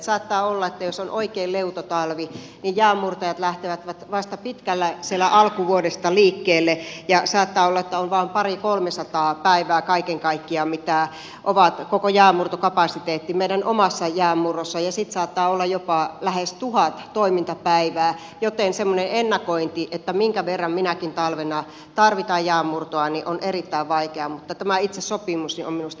saattaa olla että jos on oikein leuto talvi niin jäänmurtajat lähtevät vasta pitkällä alkuvuodesta liikkeelle ja saattaa olla että on vain pari kolmesataa päivää kaiken kaikkiaan mitä on koko jäänmurtokapasiteetti meidän omassa jäänmurrossa ja sitten saattaa olla jopa lähes tuhat toimintapäivää joten semmoinen ennakointi minkä verran minäkin talvena tarvitaan jäänmurtoa on erittäin vaikeaa mutta tämä itse sopimus on minusta järkevä